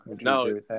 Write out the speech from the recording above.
No